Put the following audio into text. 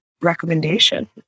recommendation